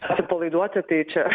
atsipalaiduoti tai čia